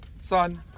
Son